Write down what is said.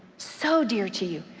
so dear to you,